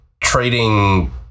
trading